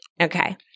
Okay